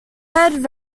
head